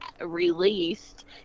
released